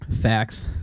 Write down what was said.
Facts